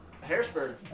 Harrisburg